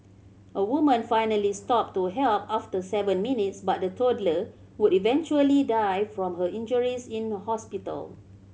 a woman finally stopped to help after seven minutes but the toddler would eventually die from her injuries in hospital